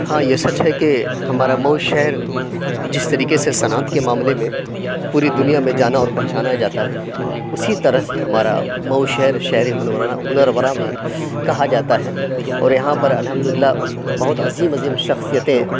ہاں یہ سچ ہے کہ ہمارا مئو شہر جس طریقے سے صنعت کے معاملے میں پوری دُنیا میں جانا اور پہچانا جاتا ہے اُسی طرح سے ہمارا مئو شہر شہرِ ہنورا ہُنرورا بھی کہا جاتا ہے اور یہاں پر الحمد للہ بہت عظیم عظیم شخصیتیں